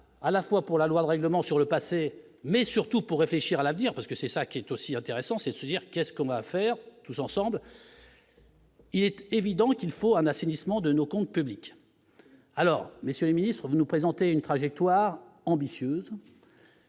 à la fois pour la loi de règlement sur le passé, mais surtout pour réfléchir à l'avenir, parce que c'est ça qui est aussi intéressant, c'est de se dire qu'est-ce qu'on va faire tous ensemble. Il est évident qu'il faut un affaiblissement de nos comptes publics, alors messieurs les ministres, vous nous présentez une trajectoire ambitieuse.